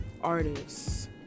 artists